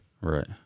right